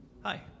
Hi